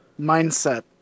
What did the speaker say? mindset